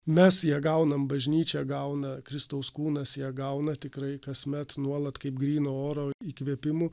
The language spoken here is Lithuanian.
mes ją gaunam bažnyčia gauna kristaus kūnas ją gauna tikrai kasmet nuolat kaip gryno oro įkvėpimu